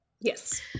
Yes